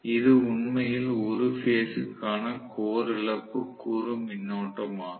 இது உண்மையில் ஒரு பேஸ் க்கான கோர் இழப்பு கூறு மின்னோட்டமாகும்